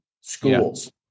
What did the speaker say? schools